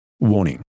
Warning